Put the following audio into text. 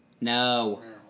No